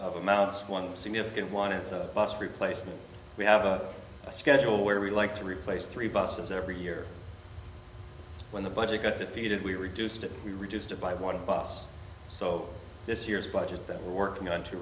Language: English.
amounts one significant one is a bus replacement we have a schedule where we like to replace three buses every year when the budget got defeated we reduced it we reduced it by one of us so this year's budget that we're working on t